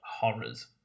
horrors